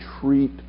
treat